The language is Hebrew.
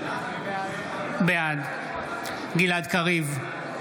בעד גלעד קריב,